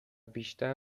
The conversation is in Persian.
بیشتر